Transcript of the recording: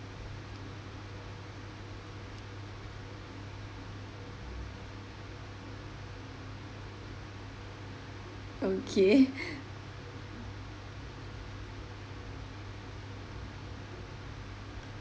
okay